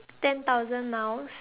ten thousand miles